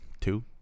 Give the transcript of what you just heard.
two